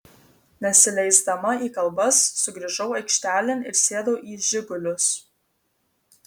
nesileisdama į kalbas sugrįžau aikštelėn ir sėdau į žigulius